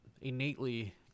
innately